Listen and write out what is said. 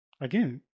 Again